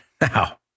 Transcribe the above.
Now